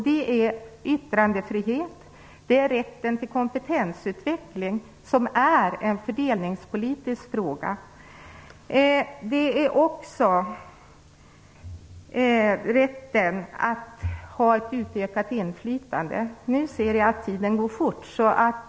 Det är yttrandefrihet och rätten till kompetensutveckling, som är en fördelningspolitisk fråga. Det är också rätten att ha ett utökat inflytande. Nu ser jag att taletiden går mot sitt slut.